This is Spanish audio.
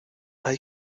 hay